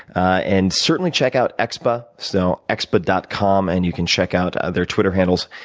ah and certainly, check out expa so expa dot com, and you can check out other twitter handles,